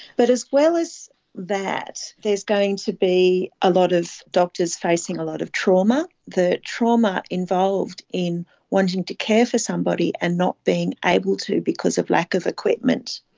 but as well as that, there's going to be a lot of doctors facing a lot of trauma. the trauma involved in wanting to care for somebody and not being able to because of lack of equipment,